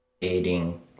dating